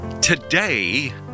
Today